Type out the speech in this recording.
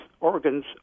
organs